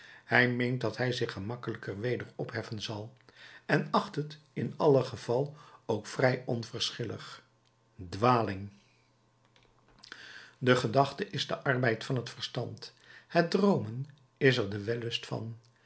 hij meent dat hij zich gemakkelijk weder opheffen zal en acht het in allen geval ook vrij onverschillig dwaling de gedachte is de arbeid van het verstand het droomen is er de wellust van